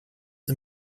the